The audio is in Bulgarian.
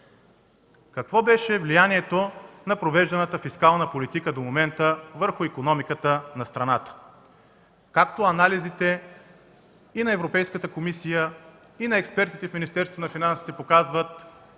Какво беше влиянието на провежданата фискална политика до момента върху икономиката на страната? Както анализите на Европейската комисия, така и на експертите от